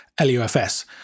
LUFS